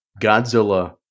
Godzilla